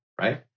right